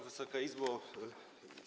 Wysoka Izbo!